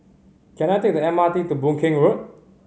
can I take the M R T to Boon Keng Road